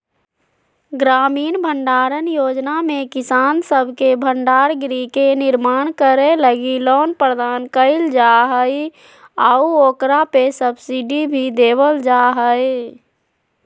ग्रामीण भंडारण योजना में किसान सब के भंडार गृह के निर्माण करे लगी लोन प्रदान कईल जा हइ आऊ ओकरा पे सब्सिडी भी देवल जा हइ